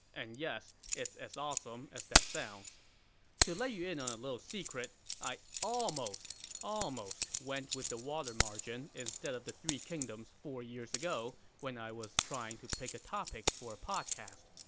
and yes, it's as awesome as that sounds to let you in on a little secret, i almost almost went with the water margin instead of the three kingdoms four years ago when i was trying to pick a topic for a podcast.